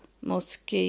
mosque